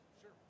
Sure